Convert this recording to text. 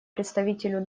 представителю